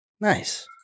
Nice